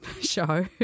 show